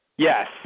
Yes